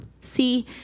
See